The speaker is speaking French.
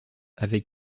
avec